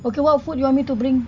okay what food you want me to bring